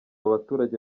abaturage